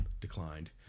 declined